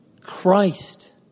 Christ